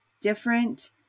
different